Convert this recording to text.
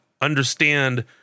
understand